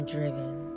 driven